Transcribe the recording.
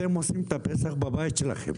אתם עושים את הפסח בבית שלכם,